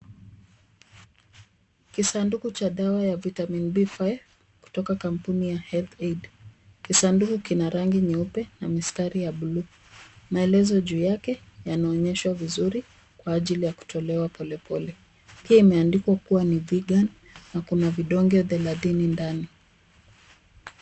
Kisanduku cha dawa ya Vitamin B5 kutoka kampuni ya Health Aid. Kisanduku kina rangi nyeupe na mistari ya buluu. Maelezo juu yake yanaonyeshwa vizuri kwa ajili ya kutolewa polepole. Pia imeandikwa kuwa ni vegan na kuna vidonge thelathini ndani.